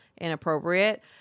inappropriate